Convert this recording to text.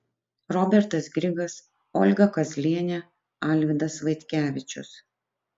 robertas grigas olga kazlienė alvydas vaitkevičius